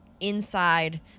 inside